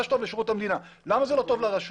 מה שטוב לשירות המדינה, למה זה לא טוב לרשויות?